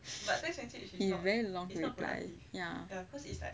very long to reply ya